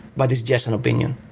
but it's just an opinion.